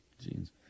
jeans